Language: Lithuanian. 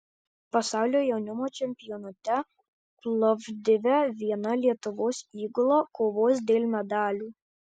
pasaulio jaunimo čempionate plovdive viena lietuvos įgula kovos dėl medalių